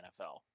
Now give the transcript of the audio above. NFL